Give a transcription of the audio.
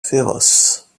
féroce